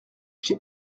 j’ai